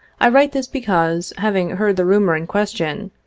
i write this because, having heard the rumor in question,